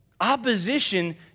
opposition